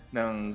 ng